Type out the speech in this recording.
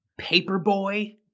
Paperboy